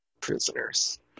prisoners